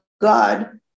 God